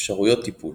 אפשרויות טיפול